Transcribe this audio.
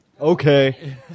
okay